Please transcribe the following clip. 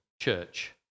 church